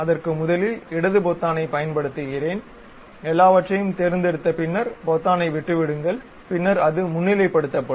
அதற்க்கு முதலில் இடது பொத்தானைப் பயன்படுத்துகிறேன் எல்லாவற்றையும் தேர்ந்தெடுத்த பின்னர் பொத்தானை விட்டு விடுங்கள் பின்னர் அது முன்னிலைப்படுத்தப்படும்